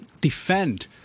defend